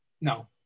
No